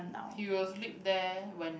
he will sleep there when